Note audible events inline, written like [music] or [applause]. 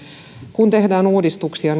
kun tehdään uudistuksia [unintelligible]